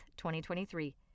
2023